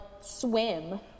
swim